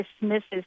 dismisses